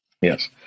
Yes